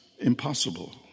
impossible